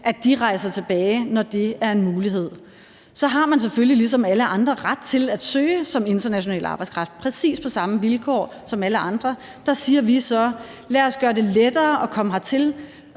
rejser tilbage, når det er en mulighed. Så har man selvfølgelig ligesom alle andre ret til at søge hertil som international arbejdskraft, præcis på samme vilkår som alle andre. Der siger vi så: Lad os gøre det lettere at komme hertil